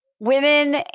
women